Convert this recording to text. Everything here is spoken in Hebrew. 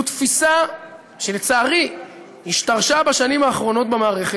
זו תפיסה שלצערי השתרשה בשנים האחרונות במערכת,